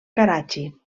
karachi